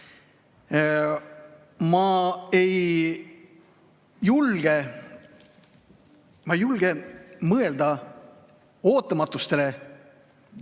Ma ei julge mõelda ootamatustele, mis